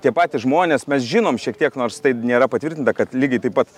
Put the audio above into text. tie patys žmonės mes žinome šiek tiek nors tai nėra patvirtinta kad lygiai taip pat